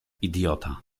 idiota